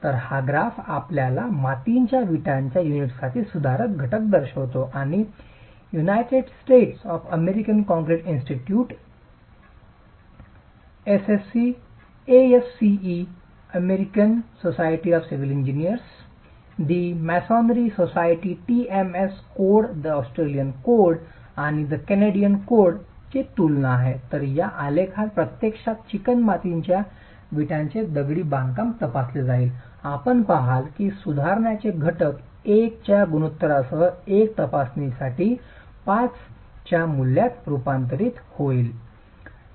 तर हा ग्राफ आपल्याला मातीच्या विटांच्या युनिटसाठी सुधारण घटक दर्शवितो आणि United States American Concrete Institute ASCE American Society of Civil Engineers आणि the Masonry Society TMS code Australian code The Masonry Society TMS code the Australian code आणि कॅनेडियनमधील कोडची तुलना आहे कोड तर या आलेखात प्रत्यक्षात चिकणमातीच्या विटांचे दगडी बांधकाम तपासले जाईल तेव्हा आपण पहाल की सुधारण्याचे घटक 1 च्या गुणोत्तरानुसार एक तासासाठी 5 च्या मूल्यात रुपांतरित होतील